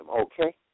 okay